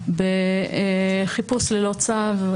בחיפוש ללא צו,